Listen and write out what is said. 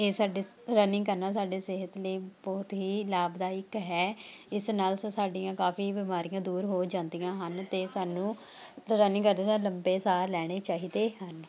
ਇਹ ਸਾਡੇ ਸ ਰਨਿੰਗ ਕਰਨਾ ਸਾਡੇ ਸਿਹਤ ਲਈ ਬਹੁਤ ਹੀ ਲਾਭਦਾਇਕ ਹੈ ਇਸ ਨਾਲ ਸੋ ਸਾਡੀਆਂ ਕਾਫੀ ਬਿਮਾਰੀਆਂ ਦੂਰ ਹੋ ਜਾਂਦੀਆਂ ਹਨ ਅਤੇ ਸਾਨੂੰ ਰਨਿੰਗ ਕਰਦੇ ਸਮੇਂ ਲੰਬੇ ਸਾਹ ਲੈਣੇ ਚਾਹੀਦੇ ਹਨ